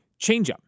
changeup